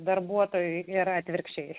darbuotojui yra atvirkščiai